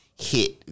Hit